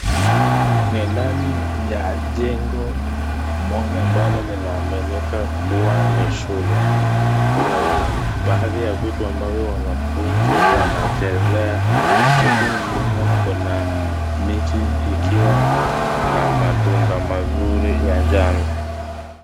Hii ni jengo moja ambalo linaonekana kuwa ni shule. Kuna baadhi ya vitu ambavyo wanafunzi wanachezea huku nyuma kuna miti ikiwa na matunda mazuri ya njano.